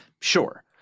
sure